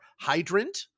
hydrant